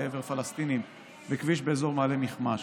לעבר פלסטינים בכביש באזור מעלה מכמש.